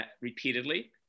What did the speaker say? repeatedly